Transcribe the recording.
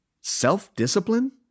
Self-discipline